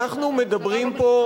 אנחנו מדברים פה,